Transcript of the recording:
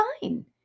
fine